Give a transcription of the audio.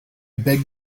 beg